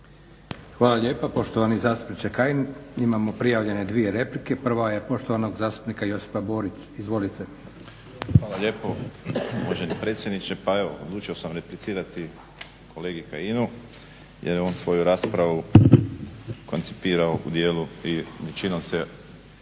Hvala lijepa poštovani zastupniče Kajin. Imamo prijavljene dvije replike. Prva je poštovanog zastupnika Josipa Borića. Izvolite. **Borić, Josip (HDZ)** Hvala lijepo uvaženi predsjedniče. Pa evo odlučio sam replicirati kolegi Kajinu jer je on svoju raspravu koncipirao u dijelu i većinom se